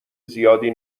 زیادی